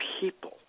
people